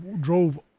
drove